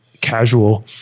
casual